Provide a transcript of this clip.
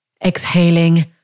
Exhaling